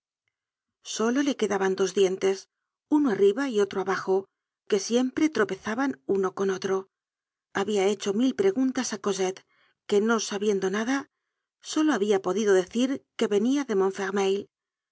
solo le quedaban dos dientes uno arriba y otro abajo que siempre tropezaban uno con otro habia hecho mil preguntas á cosette que no sabiendo nada solo habia podido decir que venia de